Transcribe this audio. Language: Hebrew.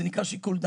זה נקרא "שיקול דעת".